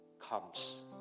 comes